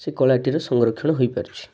ସେ କଳାଟିର ସଂରକ୍ଷଣ ହୋଇପାରୁଛି